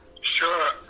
Sure